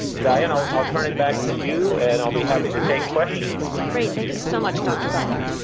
diane, i'll turn it back to you and i'll be happy to take questions. great. thank you so much, dr. butler.